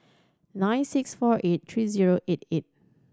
nine six four eight three zero eight eight